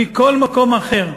מכל מקום אחר.